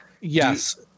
Yes